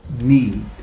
need